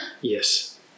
Yes